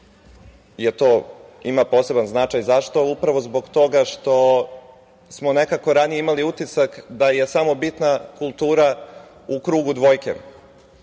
to ima poseban značaj zašto, upravo zbog toga što smo nekako ranije imali utisak da je samo bitna kultura u krugu dvojke,